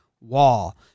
Wall